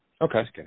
Okay